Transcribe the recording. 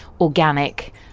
organic